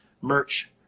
merch